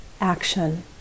action